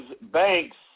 banks